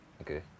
Okay